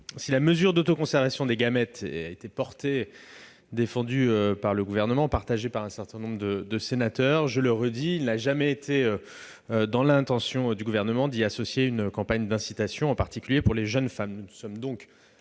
Si la mesure d'autoconservation des gamètes est défendue par le Gouvernement et partagée par un certain nombre de sénateurs, je le redis, il n'a jamais été dans ses intentions d'y associer une campagne d'incitation, en particulier à l'intention des jeunes femmes. Nous ne sommes